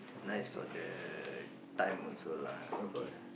nice for the time also lah